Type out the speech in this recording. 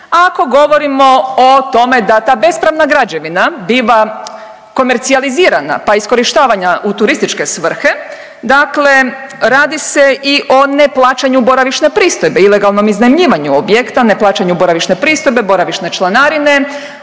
Ako govorimo o tome da ta bespravna građevina biva komercijalizirana pa iskorištavanja u turističke svrhe, dakle radi se i o neplaćanju boravišne pristojbe, ilegalnom iznajmljivanju objekta, ne plaćanju boravišne pristojbe, boravišne članarine,